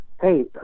hey